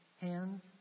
hands